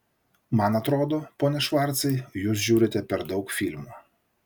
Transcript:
man atrodo pone švarcai jūs žiūrite per daug filmų